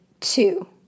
two